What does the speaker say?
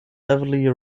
heavily